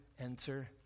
enter